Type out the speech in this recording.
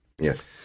Yes